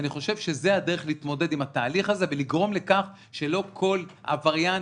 אני חשוב שזו הדרך להתמודד עם התהליך הזה ולגרום לכך שלא כל עבריין,